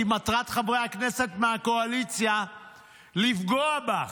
כי מטרת חברי הכנסת מהקואליציה לפגוע בך,